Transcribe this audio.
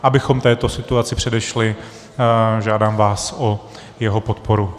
Abychom této situaci předešli, žádám vás o jeho podporu.